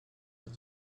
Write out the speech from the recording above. that